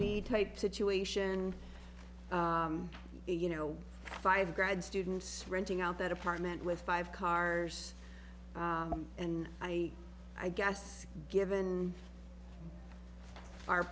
b type situation and a you know five grad students renting out that apartment with five cars and i i guess given our